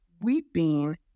weeping